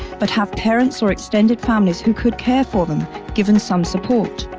but have parents or extended families who could care for them, given some support.